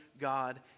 God